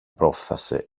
πρόφθασε